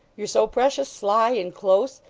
you're so precious sly and close.